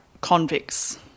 convicts